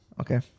Okay